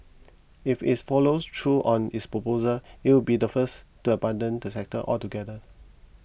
if it follows through on its proposal it would be the first to abandon the sector altogether